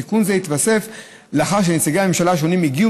תיקון זה התווסף לאחר שלנציגי הממשלה השונים הגיעו